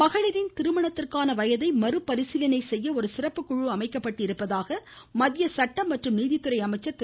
மகளிரின் திருமணத்திற்கான வயதை மறுபரிசீலனை செய்ய ஒரு சிறப்பு குழு அமைக்கப்பட்டிருப்பதாக மத்திய சட்டம் மற்றும் நீதித்துறை அமைச்சர் திரு